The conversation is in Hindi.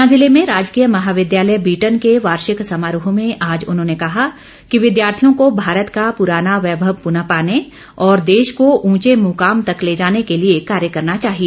ऊना ज़िले में राजकीय महाविद्यालय बीटन के वार्षिक समारोह में आज उन्होंने कहा कि विद्यार्थियों को भारत का पुराना वैभव पुनः पाने और देश को ऊंचे मुकाम तक ले जाने के लिए कार्य करना चाहिए